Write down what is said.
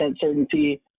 certainty